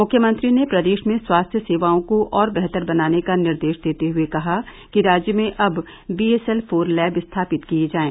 मुख्यमंत्री ने प्रदेश में स्वास्थ्य सेवाओं को और बेहतर बनाने का निर्देश देते हुए कहा कि राज्य में अब बीएसएल फोर लैब स्थापित किए जाएं